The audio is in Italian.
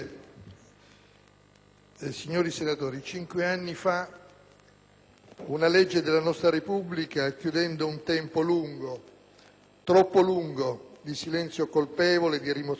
signori senatori, cinque anni fa una legge della nostra Repubblica, chiudendo un tempo lungo, troppo lungo, di silenzio colpevole, di rimozione,